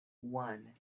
one